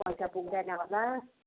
पैसा पुग्दैन होला